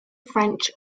french